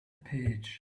pitch